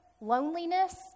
loneliness